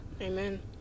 Amen